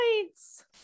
Points